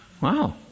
Wow